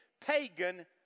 pagan